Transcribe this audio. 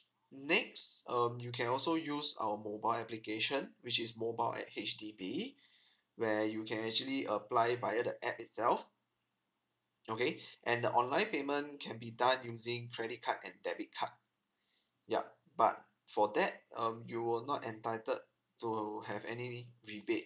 next um you can also use our mobile application which is mobile at H_D_B where you can actually apply via the app itself okay and the online payment can be done using credit card and debit card ya but for that um you will not entitled to have any rebate